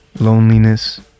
Loneliness